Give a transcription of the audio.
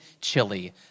chili